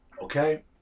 okay